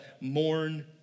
mourn